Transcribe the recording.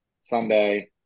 Sunday